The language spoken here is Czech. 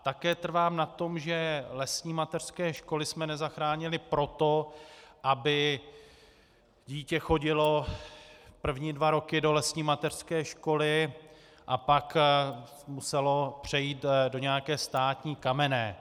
Také trvám na tom, že lesní mateřské školy jsme nezachránili proto, aby dítě chodilo první dva roky do lesní mateřské školy a pak muselo přejít do nějaké státní kamenné.